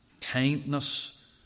kindness